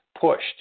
pushed